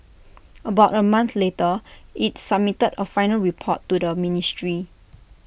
about A month later IT submitted A final report to the ministry